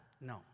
no